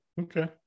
okay